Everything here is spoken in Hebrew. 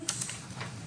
בשקר מוחלט,